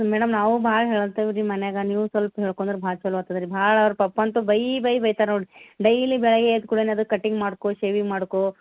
madam ನಾವು ಭಾಳ ಹೇಳ್ತೇವೆ ರೀ ಮನ್ಯಾಗ ನೀವು ಸ್ವಲ್ಪ ಹೇಳ್ಕೊಂಡ್ರೆ ಭಾಳ ಚಲೋ ಆಗ್ತದ ರೀ ಭಾಳ ಅವ್ರ ಪಪ್ಪ ಅಂತು ಬೈ ಬೈ ಬೈತಾರೆ ನೋಡ್ರಿ ಡೈಲಿ ಬೆಳಗ್ಗೆ ಎದ್ದ ಕೂಡ್ಲೆನಾರು ಕಟಿಂಗ್ ಮಾಡ್ಕೋ ಶೇವಿಂಗ್ ಮಾಡ್ಕೋ